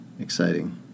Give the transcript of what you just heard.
exciting